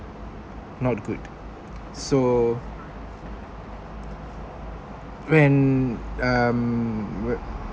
not good so when um